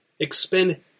expend